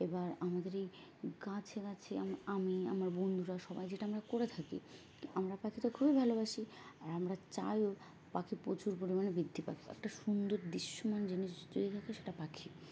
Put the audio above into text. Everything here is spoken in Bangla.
এবার আমাদের এই গাছে গাছে আমি আমার বন্ধুরা সবাই যেটা আমরা করে থাকি আমরা পাখিটা খুবই ভালোবাসি আর আমরা চাইও পাখি প্রচুর পরিমাণে বৃদ্ধি পাক একটা সুন্দর দৃশ্যমান জিনিস যদি থাকে সেটা পাখি